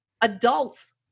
adults